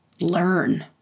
learn